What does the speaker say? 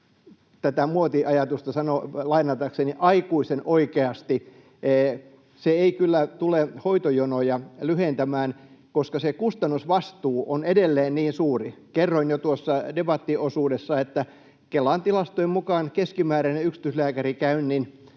tätä muotiajatusta lainatakseni, ihan aikuisten oikeasti se ei kyllä tule hoitojonoja lyhentämään, koska se kustannusvastuu on edelleen niin suuri. Kerroin jo tuossa debattiosuudessa, että Kelan tilastojen mukaan keskimääräinen yksityislääkärikäynnin